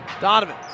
Donovan